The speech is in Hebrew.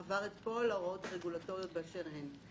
הוא עבר את כל ההוראות הרגולטוריות באשר הן.